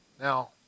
Now